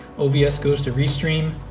obs goes to restream,